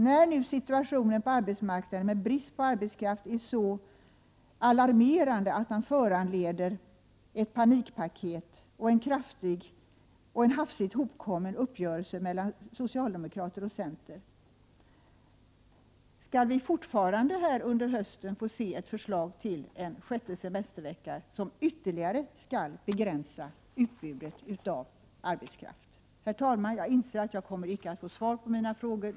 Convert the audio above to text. När nu situationen på arbetsmarknaden med brist på arbetskraft är så alarmerande att den föranleder ett panikpaket och en hafsigt hopkommen uppgörelse mellan socialdemokrater och centerpartister, kommer vi då fortfarande under hösten att få se ett förslag till en sjätte semestervecka som ytterligare skall begränsa utbudet av arbetskraft? Herr talman! Jag inser att jag inte kommer att få svar på mina frågor.